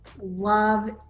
Love